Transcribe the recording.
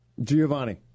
Giovanni